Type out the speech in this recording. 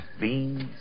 Beans